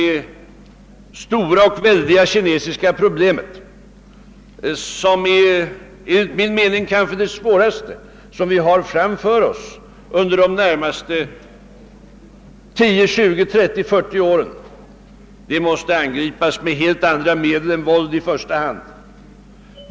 Jag tror att det väldiga kinesiska problemet, som enligt min mening kanske är det svåraste som förestår oss under de närmaste 10, 20, 30 eller 40 åren, i första hand måste angripas med helt andra medel än våld.